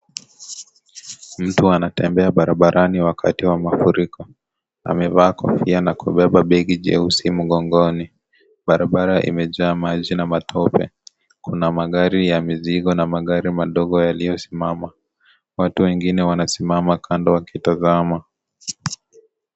Mtu anatembea barabarani wakati wa mafuriko. Amevaa kofia na kubeba begi jeusi mgongoni. Barabara imejaa maji na matope. Kuna magari ya mizigo na magari madogo yaliyosimama. Watu wengine wanasimama kando wakitazama.